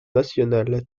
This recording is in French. nationale